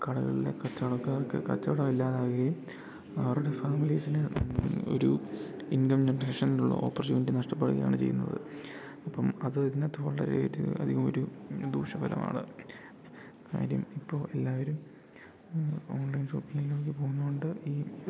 കടകളിലെ കച്ചവടക്കാർക്ക് കച്ചവടം ഇല്ലാതാകുകയും അവരുടെ ഫാമിലീസിന് ഒരു ഇൻകം ജനറേഷനിലുള്ള ഓപ്പര്ച്യൂണിറ്റി നഷ്ടപ്പെടുകയാണ് ചെയ്യുന്നത് അപ്പം അത് അതിനാത്ത് വളരെ അധികം കാര്യങ്ങള് ഒരു ദൂഷ ഫലമാണ് കാര്യം ഇപ്പോ എല്ലാവരും ഓൺലൈൻ ഷോപ്പിങ്ങിലേക്ക് പോകുന്നോണ്ട് ഈ